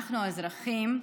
אנחנו האזרחים,